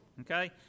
okay